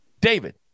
David